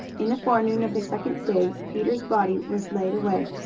in the forenoon of the second day peter's body was laid away,